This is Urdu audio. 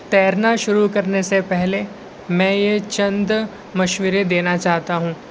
تیرنا شروع کرنے سے پہلے میں یہ چند مشورے دینا چاہتا ہوں